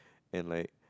and like